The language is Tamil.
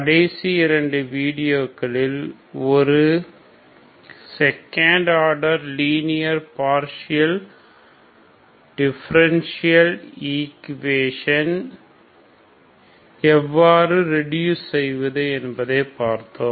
கடைசி இரண்டு வீடியோக்களில் ஒரு second order linear partial differential equation ஐ எவ்வாறு ரெடியூஸ் செய்வது என்பதை பார்த்தோம்